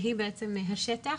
שהיא בעצם מהשטח,